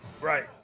Right